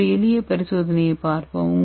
ஒரு எளிய பரிசோதனையைப் பார்ப்போம்